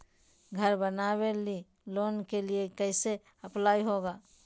घर बनावे लिय लोन के लिए कैसे अप्लाई होगा?